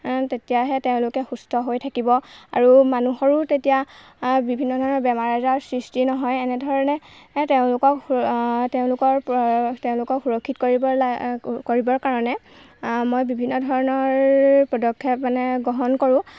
তেতিয়াহে তেওঁলোকে সুস্থ হৈ থাকিব আৰু মানুহৰো তেতিয়া বিভিন্ন ধৰণৰ বেমাৰ আজাৰ সৃষ্টি নহয় এনেধৰণে তেওঁলোকক তেওঁলোকৰ তেওঁলোকক সুৰক্ষিত কৰিব লা কৰিবৰ কাৰণে মই বিভিন্ন ধৰণৰ প্ৰদক্ষেপ মানে গ্ৰহণ কৰোঁ